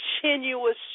continuous